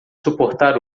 suportar